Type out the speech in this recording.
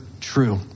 true